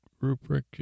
Rubric